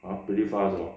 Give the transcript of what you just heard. hor very fast hor